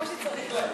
כמו שצריך.